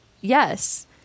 Yes